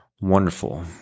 Wonderful